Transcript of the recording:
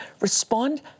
respond